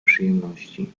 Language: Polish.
przyjemności